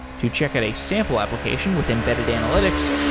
to check out a sample application with embedded analytics,